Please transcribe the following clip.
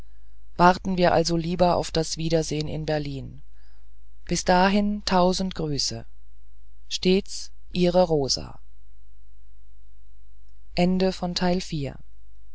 warten wir also lieber auf das wiedersehen in berlin bis dahin tausend grüße stets ihre rosa